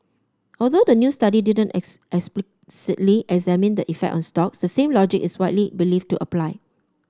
although the new study didn't explicitly examine the effect on stocks the same logic is widely believed to apply